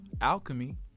Alchemy